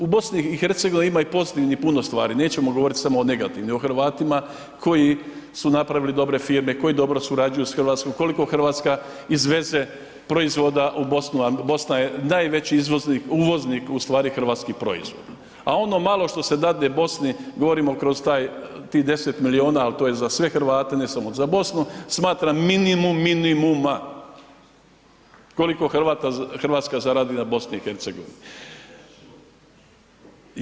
U BiH-u ima i pozitivnih puno stvari, nećemo govoriti samo o negativnim, o Hrvatima koji su napravili dobre firme, koji dobro surađuju sa Hrvatskom, koliko Hrvatska izveze proizvoda u BiH a BiH je najveći uvoznik ustvari hrvatskih proizvoda a ono malo što se dadne Bosni, govorimo kroz tih 10 milijuna ali to je za sve Hrvate, ne samo za Bosnu, smatram minimum minimuma koliko Hrvatska zaradi na BiH-u.